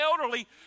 elderly